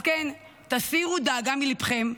אז כן, תסירו דאגה מלבכם,